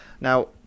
Now